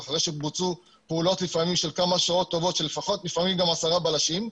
אחרי שבוצעו לפעמים פעולות של כמה שעות טובות של לפעמים גם עשרה בלשים,